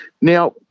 now